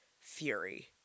Fury